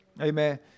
amen